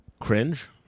cringe